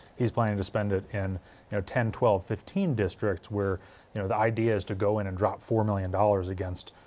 he is planning to spend it in you know ten twelve fifteen districts where you know the idea is to go and and drop four million dollars against